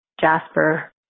Jasper